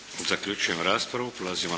Zaključujem raspravu.